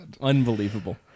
Unbelievable